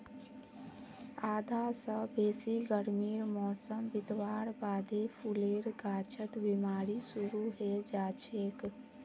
आधा स बेसी गर्मीर मौसम बितवार बादे फूलेर गाछत बिमारी शुरू हैं जाछेक